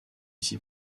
ici